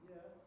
Yes